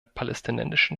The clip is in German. palästinensischen